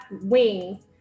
wings